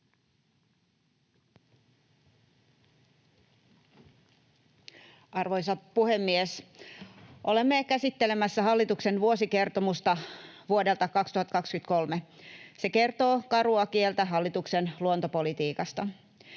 Arvoisa puhemies! Olemme käsittelemässä hallituksen vuosikertomusta vuodelta 2023. Se kertoo karua kieltä hallituksen luontopolitiikasta.